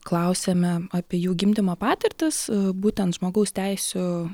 klausėme apie jų gimdymo patirtis būtent žmogaus teisių